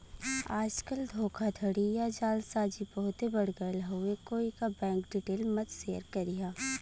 आजकल धोखाधड़ी या जालसाजी बहुते बढ़ गयल हउवे कोई क बैंक डिटेल मत शेयर करिहा